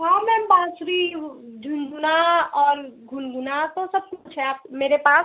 हाँ मैम बाँसुरी झुनझुना और घुनघुना तो सब कुछ है मेरे पास